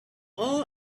all